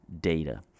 data